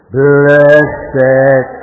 blessed